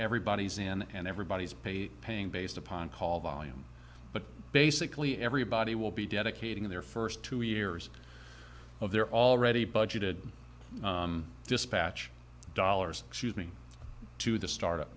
everybody's in and everybody's paid paying based upon call volume but basically everybody will be dedicating their first two years of their already budgeted dispatch dollars excuse me to the start